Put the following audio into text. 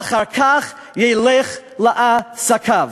"אחר כך ילך לעסקיו".